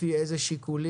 לפי איזה שיקולים?